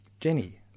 Jenny